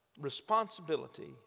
responsibility